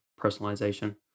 personalization